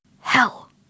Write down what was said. Hell